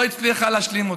והיא לא הצליחה להשלים אותה.